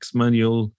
manual